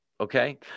okay